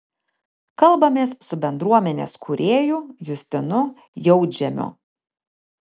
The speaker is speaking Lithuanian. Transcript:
kalbamės su bendruomenės kūrėju justinu jautžemiu